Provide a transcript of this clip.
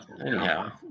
anyhow